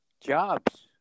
jobs